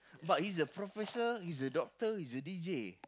but he's a professor he's a doctor he's deejay